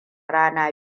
rana